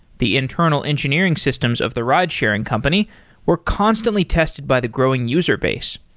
the internal engineering systems of the ridesharing company were constantly tested by the growing user base.